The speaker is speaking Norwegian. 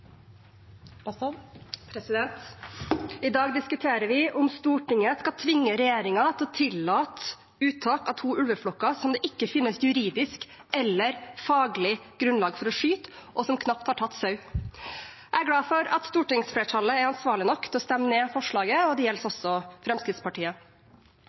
til her i dag. I dag diskuterer vi om Stortinget skal tvinge regjeringen til å tillate uttak av to ulveflokker som det ikke finnes juridisk eller faglig grunnlag for å skyte, og som knapt har tatt sau. Jeg er glad for at stortingsflertallet er ansvarlig nok til å stemme ned forslaget, det gjelder